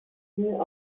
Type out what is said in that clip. new